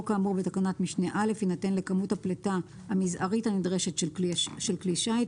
כאמור בתקנת משנה (א) יינתן לכמות הפליטה המזערית הנדרשת של כלי שיט,